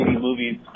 movies